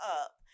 up